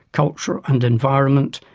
culture and environment,